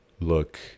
look